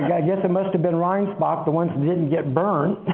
yeah guess it must have been ransbach, the ones that didn't get burned.